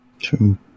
True